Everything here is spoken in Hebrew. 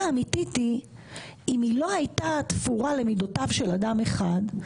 האמיתית היא שאם היא לא הייתה תפורה למידותיו של אדם אחד,